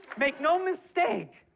make no mistake,